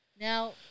Now